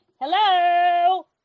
Hello